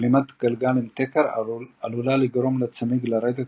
בלימת גלגל עם תקר עלולה לגרום לצמיג לרדת